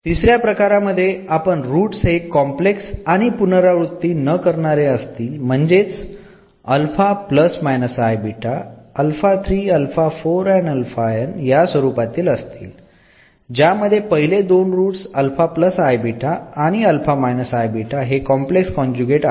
तिसऱ्या प्रकारामध्ये आपण रूट्स हे कॉम्प्लेक्स आणि पुनरावृत्ती न करणारे असतील म्हणजेच या स्वरूपातील असतील ज्यामध्ये पहिले दोन रूटस आणि हे कॉम्प्लेक्स कॉन्जुगेट आहेत